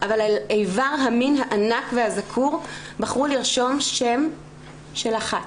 אבל על איבר המין הענק והזקור בחרו לרשום שם של אחת,